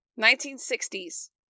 1960s